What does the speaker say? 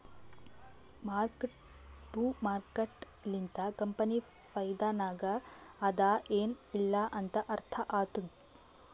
mark to market ಲಿಂತ company ಫೈದಾನಾಗ್ ಅದಾ ಎನ್ ಇಲ್ಲಾ ಅಂತ ಅರ್ಥ ಆತ್ತುದ್